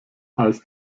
als